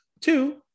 Two